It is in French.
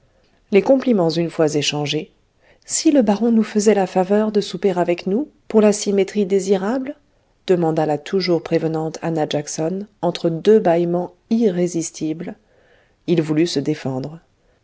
les compliments une fois échangés si le baron nous faisait la faveur de souper avec nous pour la symétrie désirable demanda la toujours prévenante annah jackson entre deux bâillements irrésistibles il voulut se défendre